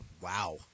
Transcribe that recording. Wow